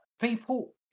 people